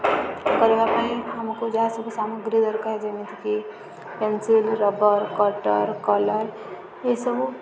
କରିବା ପାଇଁ ଆମକୁ ଯାହା ସବୁ ସାମଗ୍ରୀ ଦରକାର ଯେମିତିକି ପେନସିଲ୍ ରବର କଟର କଲର୍ ଏସବୁ